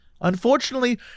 unfortunately